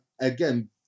again